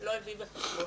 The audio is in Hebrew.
לא הביא בחשבון.